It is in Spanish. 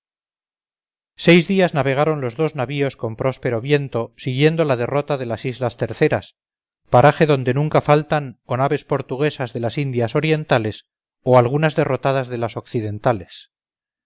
seis días navegaron los dos navíos con próspero viento siguiendo la derrota de las islas terceras paraje donde nunca faltan o naves portuguesas de las indias orientales o algunas derrotadas de las occidentales